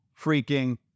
freaking